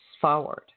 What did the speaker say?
forward